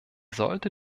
sollte